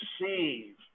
receive